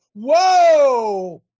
Whoa